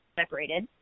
separated